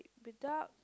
the dark